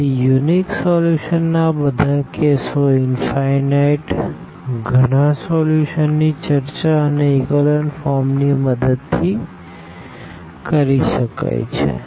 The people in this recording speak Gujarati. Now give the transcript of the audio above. તેથી યુનિક સોલ્યુશનના આ બધા કેસો ઇનફાઈનાઈટ ઘણા સોલ્યુશનની ચર્ચા આ ઇકોલન ફોર્મની મદદથી કરી શકાય છે